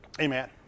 Amen